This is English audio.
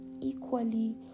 equally